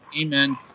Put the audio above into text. amen